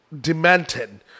demented